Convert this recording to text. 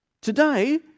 Today